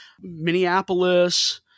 Minneapolis